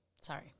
Sorry